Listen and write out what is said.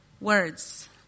Words